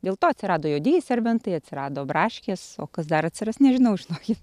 dėl to atsirado juodieji serbentai atsirado braškės o kas dar atsiras nežinau žinokit